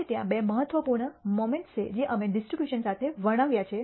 હવે ત્યાં બે મહત્વપૂર્ણ મોમેન્ટ્સ છે જે અમે ડિસ્ટ્રીબ્યુશન માટે વર્ણવ્યા છે